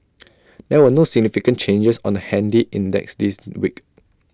there were no significant changes on the handy index this week